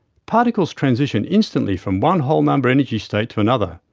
particles transition instantly from one whole number energy state to another,